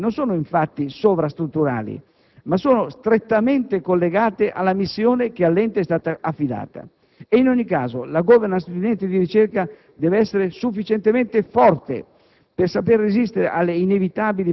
Le modalità di *governance* di un ente non sono infatti sovrastrutturali, ma sono strettamente collegate alla missione che all'ente è stata affidata. E in ogni caso la *governance* di un ente di ricerca deve essere sufficientemente forte,